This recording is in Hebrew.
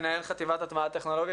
מנהל חטיבת הטמעת טכנולוגיות,